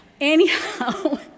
Anyhow